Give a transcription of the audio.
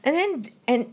and then and